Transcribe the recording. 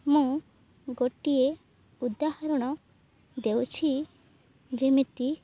ମୁଁ ଗୋଟିଏ ଉଦାହରଣ ଦେଉଛି ଯେମିତି